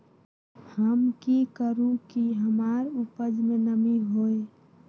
हम की करू की हमार उपज में नमी होए?